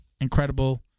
incredible